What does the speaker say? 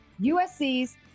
USC's